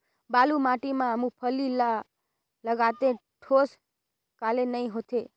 बालू माटी मा मुंगफली ला लगाले ठोस काले नइ होथे?